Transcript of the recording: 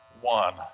one